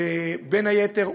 בין היתר,